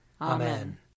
Amen